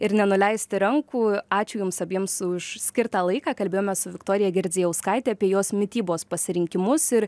ir nenuleisti rankų ačiū jums abiems už skirtą laiką kalbėjome su viktorija girdzijauskaitė apie jos mitybos pasirinkimus ir